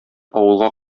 авылга